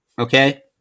Okay